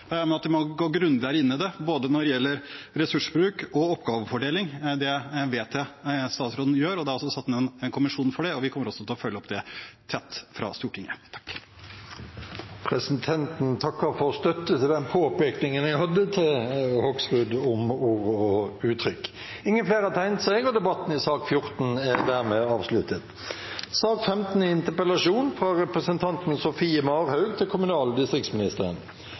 Vi må gå grundigere inn i det, både når det gjelder ressursbruk og oppgavefordeling. Det vet jeg at statsråden gjør. Det er også satt ned en kommisjon for å gjøre det. Vi kommer også til å følge det opp tett fra Stortinget. Presidenten takker for støtten til den påpekningen jeg hadde til representanten Hoksrud om ord og uttrykk. Flere har ikke tegnet seg til sak nr. 14. Saken om vindkraftverk på Fosen var første gang berørte samiske parter vant fram i en inngrepssak i Høyesterett gjennom å vise til